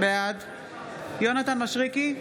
בעד יונתן מישרקי,